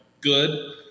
good